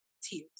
tears